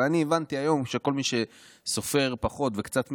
אבל אני הבנתי היום שכל מי שסופר פחות וקצת מזלזל,